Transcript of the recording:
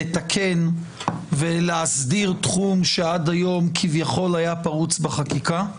לתקן ולהסדיר תחום שעד היום כביכול היה פרוץ בחקיקה,